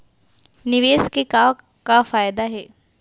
निवेश के का का फयादा हे?